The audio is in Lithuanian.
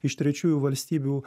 iš trečiųjų valstybių